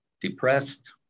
depressed